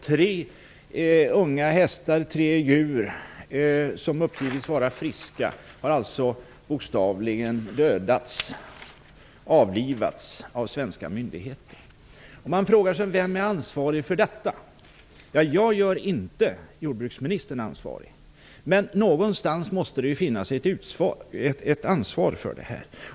Tre unga hästar, tre djur, som uppgivits vara friska har bokstavligen dödats, avlivats, av svenska myndigheter. Man frågar sig då: Vem är ansvarig för detta? Ja, jag gör inte jordbruksministern ansvarig. Men någonstans måste det ju finnas ett ansvar för detta.